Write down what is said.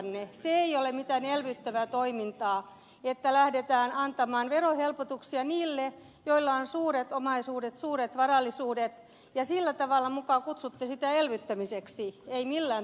se ei ole mitään elvyttävää toimintaa että lähdetään antamaan verohelpotuksia niille joilla on suuret omaisuudet suuret varallisuudet ja muka kutsutte sitä elvyttämiseksi ei millään tavalla